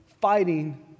fighting